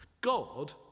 God